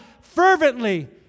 fervently